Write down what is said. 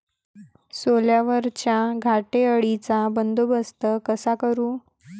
सोल्यावरच्या घाटे अळीचा बंदोबस्त कसा करू?